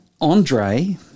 Andre